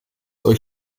euch